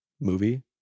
movie